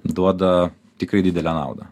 duoda tikrai didelę naudą